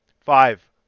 Five